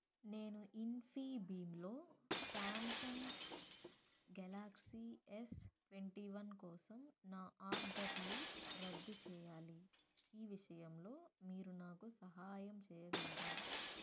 నేను ఇన్ఫీబీమ్లో Samsung Galaxy S twenty one కోసం నా ఆర్డర్లు రద్దు చెయ్యాలి ఈ విషయంలో మీరు నాకు సహాయం చెయ్యగలరా